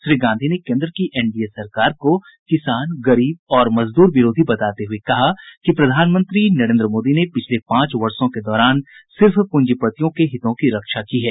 श्री गांधी ने केन्द्र की एनडीए सरकार को किसान गरीब और मजदूर विरोधी बताते हुए कहा कि प्रधानमंत्री नरेन्द्र मोदी ने पिछले पांच वर्षों के दौरान सिर्फ पूंजीपतियों के हितों की रक्षा की है